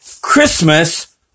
Christmas